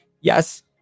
yes